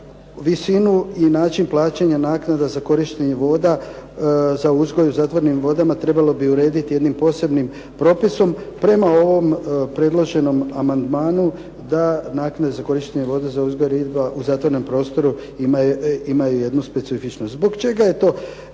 visinu i način plaćanja naknada za korištenje voda za uzgoj u zatvorenim vodama trebalo bi urediti jednim posebnim propisom prema ovom predloženom amandmanu, da naknade za korištenje voda za uzgoj riba u zatvorenom prostoru imaju jednu specifičnost.